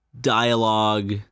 dialogue